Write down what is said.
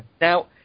Now